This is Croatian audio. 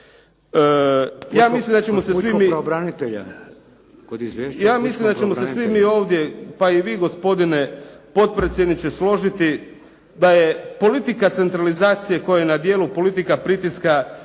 Ja mislim da ćemo se svi mi ovdje, pa i vi gospodine potpredsjedniče složiti da je politika centralizacije koja je na djelu politika pritiska